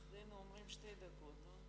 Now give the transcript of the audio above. אצלנו אומרים שתי דקות.